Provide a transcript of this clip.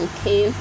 Okay